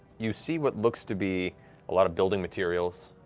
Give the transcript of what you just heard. you see what looks to be a lot of building materials.